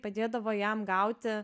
padėdavo jam gauti